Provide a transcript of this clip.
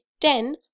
Ten